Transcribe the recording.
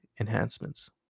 enhancements